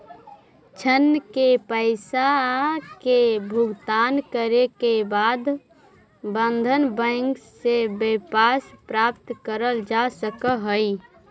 ऋण के पईसा के भुगतान करे के बाद बंधन बैंक से वापस प्राप्त करल जा सकऽ हई